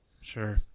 Sure